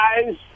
guys